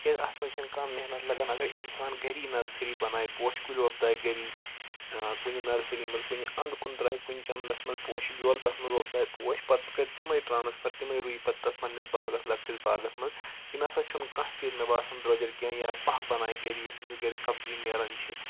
کیازِ اَتھ منٛز چھَنہٕ کانٛہہ مِحنت لگَان اگر اِنسان گَرے نرسٔری بَنایہِ پوشہِ کُلۍ وۄپدایہِ گرے کُنہِ نرسٔری منٛز کُنہِ انٛدٕ کُن ترٛایہِ کُنہِ چَمنَس منٛز پوشہِ بیٚول تَتھ منٛز وۄپداے پوش پَتہٕ کرِ تِمے ٹرٛانَسفَر تِمَے رُیہِ پَتہٕ تَتھ پَننِس باغَس لَکٹِس باغَس منٛز یہِ نَسا چھُنہٕ کانٛہہ تہِ مےٚ باسان درٛۄجَر کینٛہہ یا پاہہَ بَنایہِ گَرِ یۄس أمِس گرِ سبزی نیران چھِ